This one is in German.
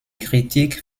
kritik